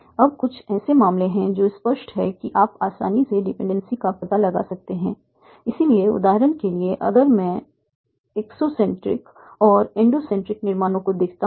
अब कुछ ऐसे मामले हैं जो स्पष्ट हैं कि आप आसानी से डिपेंडेंसी का पता लगा सकते हैं इसलिए उदाहरण के लिए अगर मैं एक्सोसेंट्रिक और एंडोसेंट्रिक निर्माणों को देखता हूं